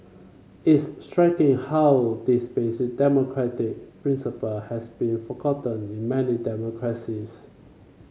it's striking how this basic democratic principle has been forgotten in many democracies